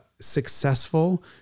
successful